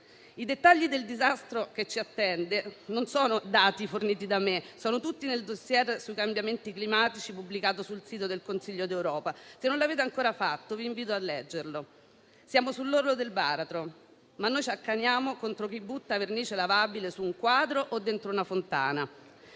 I dettagli del disastro che ci attende non sono dati forniti da me, sono tutti nel *dossier* sui cambiamenti climatici pubblicato sul sito del Consiglio europeo. Se non l'avete ancora fatto, vi invito a leggerlo. Siamo sull'orlo del baratro, ma noi ci accaniamo contro chi butta vernice lavabile su un quadro o dentro una fontana.